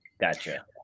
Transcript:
Gotcha